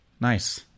Nice